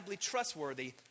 trustworthy